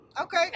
Okay